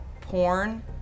porn